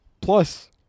Plus